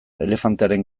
elefantearen